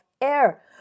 air